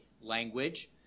language